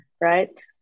Right